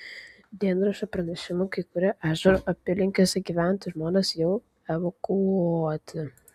dienraščio pranešimu kai kurie ežero apylinkėse gyvenantys žmonės jau evakuoti